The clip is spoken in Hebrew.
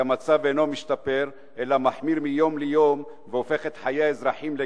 כי המצב אינו משתפר אלא מחמיר מיום ליום והופך לגיהינום את חיי האזרחים,